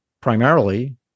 Primarily